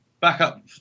backup